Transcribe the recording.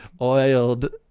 oiled